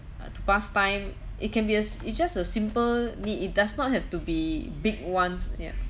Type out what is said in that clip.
uh to pass time it can be as it just a simple need it does not have to be big ones yeah